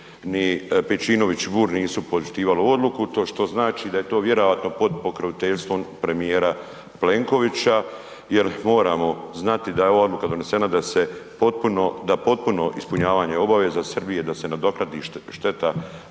ni Pejčinović Burić nisu poštivali ovu odluku što znači da je to vjerojatno pod pokroviteljstvom premijera Plenkovića jer moramo znati da je ova odluka donesena da se potpuno, da potpuno ispunjavanje obaveza Srbije da se nadoknadi šteta